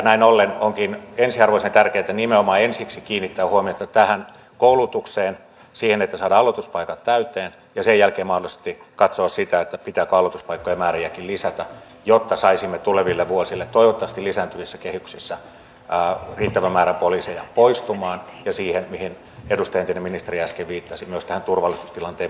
näin ollen onkin ensiarvoisen tärkeätä nimenomaan ensiksi kiinnittää huomiota koulutukseen siihen että saadaan aloituspaikat täyteen ja sen jälkeen mahdollisesti katsoa sitä pitääkö aloituspaikkojen määriäkin lisätä jotta saisimme tuleville vuosille toivottavasti lisääntyvissä kehyksissä riittävän määrän poliiseja poistumaan ja kiinnittää huomiota siihen mihin edustaja entinen ministeri äsken viittasi myös tähän turvallisuustilanteen muutokseen